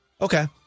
okay